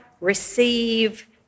receive